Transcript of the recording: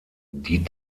die